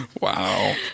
wow